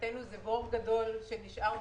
מבחינתנו זה בור גדול שנשאר בכנסת.